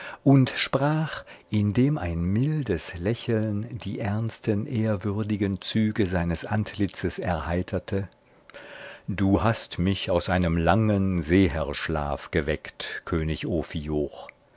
und sprach indem ein mildes lächeln die ernsten ehrwürdigen züge seines antlitzes erheiterte du hast mich aus einem langen seherschlaf geweckt